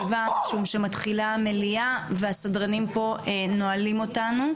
משום שמתחילה המליאה והסדרנים פה נועלים אותנו.